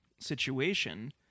situation